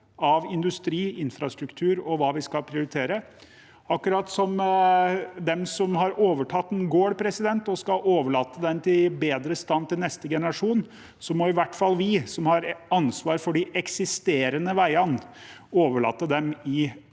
av industri, infrastruktur og hva vi skal prioritere. Akkurat som de som har overtatt en gård, skal overlate den i bedre stand til neste generasjon, må i hvert fall vi, som har ansvar for de eksisterende veiene, overlate dem i like god